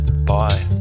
Bye